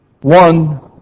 one